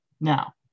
Now